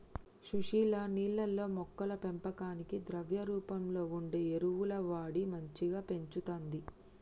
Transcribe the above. సుశీల నీళ్లల్లో మొక్కల పెంపకానికి ద్రవ రూపంలో వుండే ఎరువులు వాడి మంచిగ పెంచుతంది